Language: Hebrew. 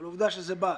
אבל העובדה שזה בא.